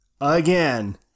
again